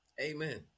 Amen